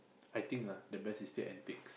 I think ah the best is still antiques